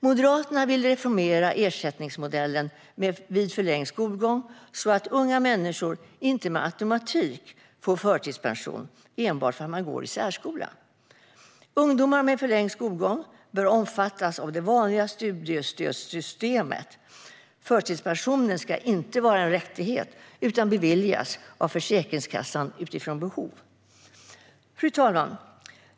Moderaterna vill reformera ersättningsmodellen vid förlängd skolgång så att unga människor inte med automatik får förtidspension enbart för att man går i särskola. Ungdomar med förlängd skolgång bör omfattas av det vanliga studiestödssystemet. Förtidspension ska inte vara en rättighet utan beviljas av Försäkringskassan utifrån behov. Fru talman!